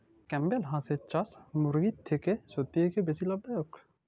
Campbell হাঁসের চাষ মুরগির থেকে সত্যিই কি বেশি লাভ দায়ক?